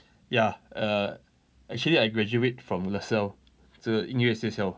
ya err actually I graduate from lasalle 是音乐学校